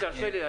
תרשה לי.